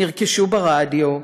נרכשו ברדיו,